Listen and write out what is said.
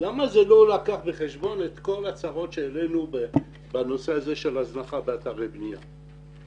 למה זה לא לקח בחשבון את כל הצרות שהעלנו של הזנחה באתרי בניה?